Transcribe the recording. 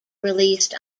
released